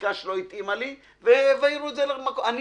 חקיקה שלא התאימה לי והעבירו אותה למקום אחר אני